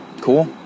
Cool